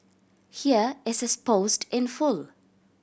here is his post in full